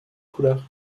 couleurs